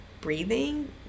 breathing